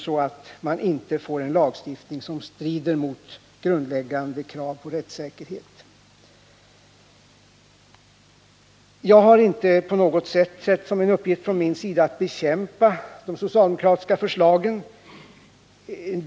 så att vi inte får en lagstiftning som strider mot grundläggande krav på rättssäkerhet. Jag har inte på något sätt sett det som min uppgift att bekämpa de socialdemokratiska förslagen.